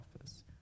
office